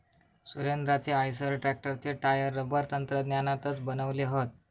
सुरेंद्राचे आईसर ट्रॅक्टरचे tyre rubber तंत्रज्ञानातनाच बनवले हत